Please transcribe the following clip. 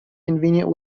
convenient